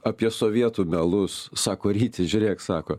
apie sovietų melis sako ryti žiūrėk sako